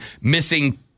missing